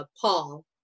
Paul